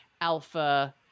alpha